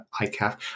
ICAF